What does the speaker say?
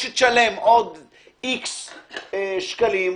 תשלם עוד איקס שקלים,